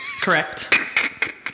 correct